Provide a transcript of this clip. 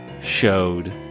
showed